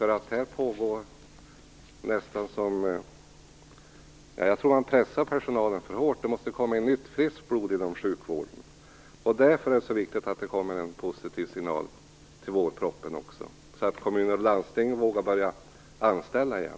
Jag tror att man pressar personalen för hårt. Det måste komma in nytt friskt blod i sjukvården. Därför är det så viktigt att det kommer en positiv signal i vårpropositionen så att kommuner och landsting vågar börja anställa igen.